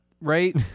right